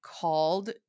called